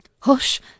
Hush